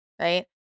Right